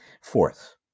Fourth